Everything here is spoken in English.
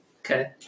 Okay